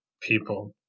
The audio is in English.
people